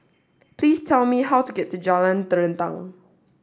please tell me how to get to Jalan Terentang